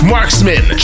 Marksman